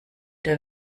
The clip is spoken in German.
der